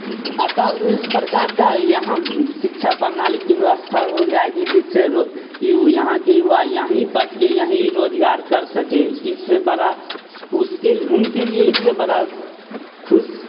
अतः इस प्रकार का यहाँ शिक्षा प्रणाली की व्यवस्था हो जाएगी जिससे रो यु यहाँ के युवा यहीं पढ़के यहीं रोज़गार कर सकें इससे बड़ा उसके उनके लिए इससे बड़ा खुश